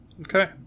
okay